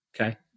Okay